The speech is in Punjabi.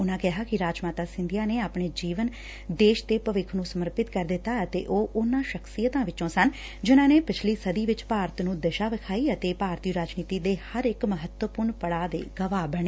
ਉਨੂਾ ਕਿਹਾ ਕਿ ਰਾਜ ਮਾਤਾ ਸਿਧੀਆ ਨੇ ਆਪਣਾ ਜੀਵਨ ਦੇਸ਼ ਦੇ ਭਵਿੱਖ ਨੂੰ ਸਮਰਪਿਤ ਕਰ ਦਿੱਤਾ ਅਤੇ ਉਹ ਉਨਾਂ ਸਖਸ਼ੀਅਤਾਂ ਵਿਰੋਂ ਸਨ ਜਿਨੂਾਂ ਨੇ ਪਿਛਲੀ ਸਦੀ ਵਿਚ ਭਾਰਤ ਨੂੰ ਦਿਸ਼ਾ ਵਿਖਾਈ ਅਤੇ ਭਾਰਤੀ ਰਾਜਨੀਤੀ ਦੇ ਹਰ ਇਕ ਮਹੱਤਵਪੁਰਨ ਪੜਾਅ ਦੇ ਗਵਾਹ ਬਣੇ